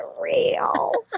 real